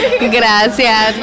Gracias